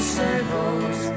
circles